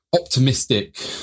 optimistic